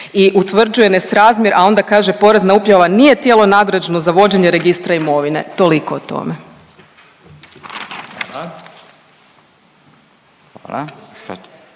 i utvrđuje nesrazmjer, a onda kaže Porezna uprava nije tijelo nadležno za vođenje registra imovine. Toliko o tome.